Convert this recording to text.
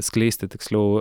skleisti tiksliau